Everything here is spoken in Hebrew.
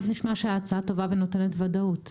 נשמע שההצעה טובה ונותנת ודאות.